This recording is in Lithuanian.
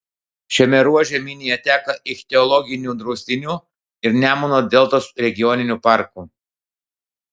šiame ruože minija teka ichtiologiniu draustiniu ir nemuno deltos regioniniu parku